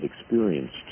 experienced